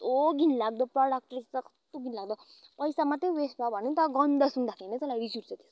कस्तो घिनलाग्दो प्रोडक्ट रहेछ कस्तो घिनलाग्दो पैसा मात्रै वेस्ट भयो भने त गन्ध सुङ्दाखेरि नै तँलाई रिस् उठ्छ त्यसको